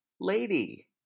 lady